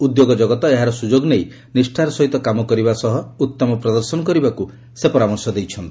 ଉଦ୍ୟୋଗ ଜଗତ ଏହାର ସୁଯୋଗ ନେଇ ନିଷ୍ଠାର ସହିତ କାମ କରିବା ସହ ଉଉମ ପ୍ରଦର୍ଶନ କରିବାକୁ ସେ ପରାମର୍ଶ ଦେଇଛନ୍ତି